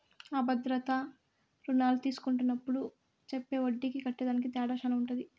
అ భద్రతా రుణాలు తీస్కున్నప్పుడు చెప్పే ఒడ్డీకి కట్టేదానికి తేడా శాన ఉంటది